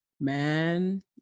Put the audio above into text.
man